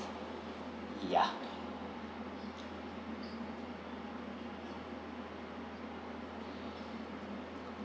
yeah